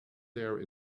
there